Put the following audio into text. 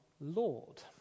Lord